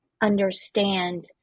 understand